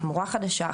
מורה חדשה,